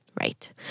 Right